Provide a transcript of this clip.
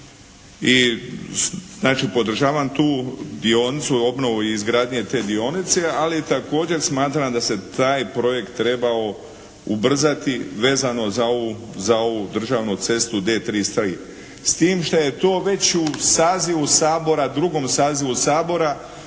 podržavam tu dionicu, obnovu i izgradnje te dionice, ali također smatram da se taj projekt trebao ubrzati vezano za ovu državnu cestu D33. S tim šta je to već u sazivu Sabora,